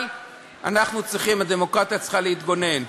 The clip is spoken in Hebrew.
אבל הדמוקרטיה צריכה להתגונן.